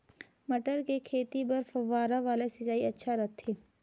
मटर के खेती बर फव्वारा वाला सिंचाई अच्छा रथे?